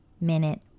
minute